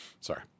sorry